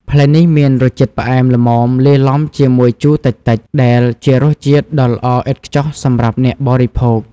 ផ្លែនេះមានរសជាតិផ្អែមល្មមលាយឡំជាមួយជូរតិចៗ ដែលជារសជាតិដ៏ល្អឥតខ្ចោះសម្រាប់អ្នកបរិភោគ។